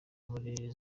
muri